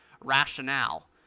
rationale